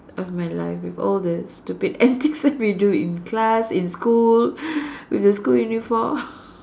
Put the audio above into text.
of my life with all the stupid antics that we do in class in school with the school uniform